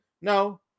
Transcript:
No